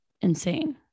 insane